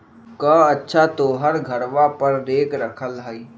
कअच्छा तोहर घरवा पर रेक रखल हई?